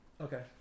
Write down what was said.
Okay